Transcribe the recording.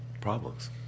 problems